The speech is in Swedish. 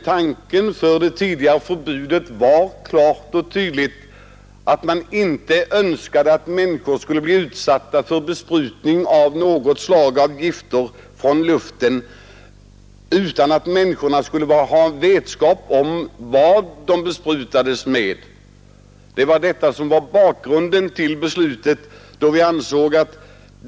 Tanken bakom det tidigare förbudet var klar och tydlig, man önskade inte att människor skulle bli utsatta för besprutning av något slag av gifter från luften utan att först få vetskap om vad de besprutades med. Detta var bakgrunden till beslutet om annonsering.